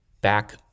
back